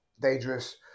dangerous